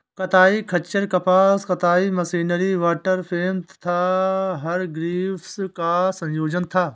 कताई खच्चर कपास कताई मशीनरी वॉटर फ्रेम तथा हरग्रीव्स का संयोजन था